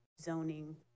zoning